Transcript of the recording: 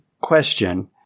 Question